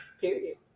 period